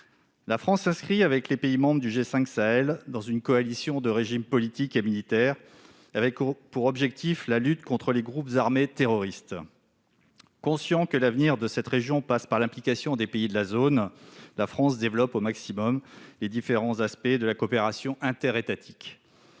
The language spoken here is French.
La France s'inscrit, avec les pays membres du G5 Sahel, dans une coalition de régimes politiques et militaires avec pour objectif de lutter contre les groupes armés terroristes. Consciente que l'avenir de cette région passe par l'implication des pays de la zone, la France développe au maximum les différents aspects de la coopération interétatiques.